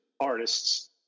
artists